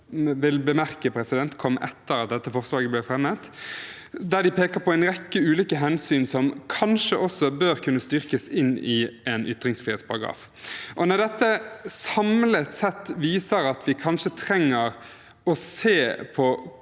jeg vil bemerke kom etter at dette forslaget ble fremmet – der de peker på en rekke ulike hensyn som kanskje også bør kunne styrkes inn i en ytringsfrihetsparagraf. Når dette samlet sett viser at vi kanskje trenger å se på